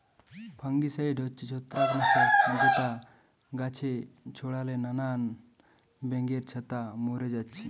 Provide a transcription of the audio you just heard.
fungicide হচ্ছে ছত্রাক নাশক যেটা গাছে ছোড়ালে নানান ব্যাঙের ছাতা মোরে যাচ্ছে